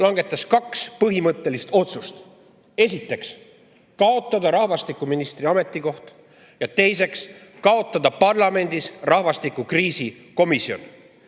astudes kaks põhimõttelist otsust: esiteks, kaotada rahvastikuministri ametikoht, ja teiseks, kaotada parlamendis rahvastikukriisi komisjon.